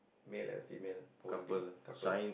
male and female holding couple